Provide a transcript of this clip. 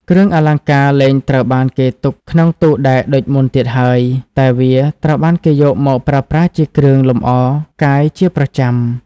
គ្រឿងអលង្ការលែងត្រូវបានគេទុកក្នុងទូដែកដូចមុនទៀតហើយ តែវាត្រូវបានគេយកមកប្រើប្រាស់ជាគ្រឿងលម្អកាយជាប្រចាំ។